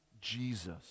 Jesus